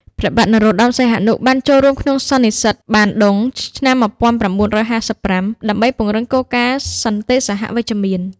ព្រះបានរោត្តម សីហនុ បានចូលរួមក្នុងសន្និសីទបានឌុងឆ្នាំ ១៩៥៥ ដើម្បីពង្រឹងគោលការណ៍សន្តិសហវិជ្ជមាន។